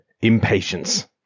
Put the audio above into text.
impatience